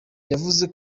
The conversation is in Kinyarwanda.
yavuze